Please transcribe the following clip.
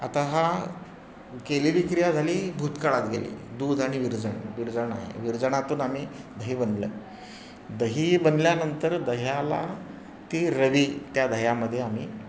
आता हा केलेली क्रिया झाली भूत काळात गेली दूध आणि विरजण विरजण आहे विरजणातून आम्ही दही बनलं दही बनल्यानंतर दह्याला ती रवी त्या दह्यामध्ये आम्ही